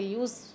use